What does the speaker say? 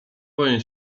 boję